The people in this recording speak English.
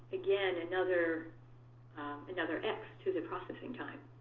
again, another another x to the processing time.